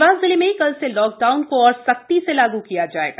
देवास जिले में कल से लॉक डाउन को और सख्ती से लागू किया जायेगा